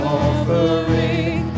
offering